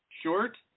short